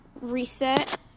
reset